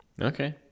Okay